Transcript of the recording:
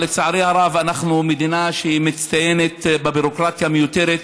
לצערי הרב אנחנו מדינה שמצטיינת בביורוקרטיה מיותרת,